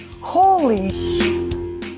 Holy